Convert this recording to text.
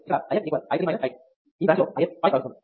ఇక్కడ I x i 3 i 2 ఈ branch లో IX పైకి ప్రవహిస్తోంది